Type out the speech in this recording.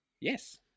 Yes